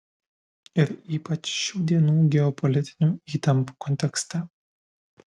ir ypač šių dienų geopolitinių įtampų kontekste